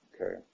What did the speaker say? Okay